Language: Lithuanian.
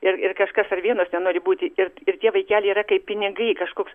ir ir kažkas ar vienas nenori būti ir ir tie vaikeliai yra kaip pinigai kažkoks